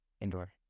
Indoor